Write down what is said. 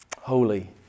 Holy